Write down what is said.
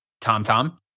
Tom-Tom